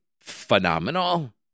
phenomenal